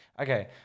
Okay